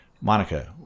Monica